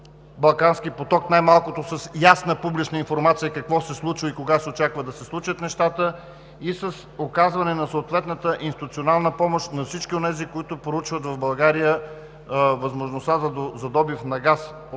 „Балкански поток“ най-малкото с ясна публична информация какво се случва и кога се очаква да се случат нещата, и с оказване на съответната институционална помощ на всички онези, които проучват в България възможността за добив на газ от местни